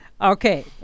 Okay